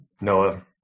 Noah